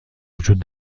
وجود